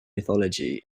mythology